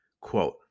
quote